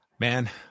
man